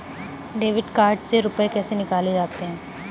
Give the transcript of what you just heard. Debit card से रुपये कैसे निकाले जाते हैं?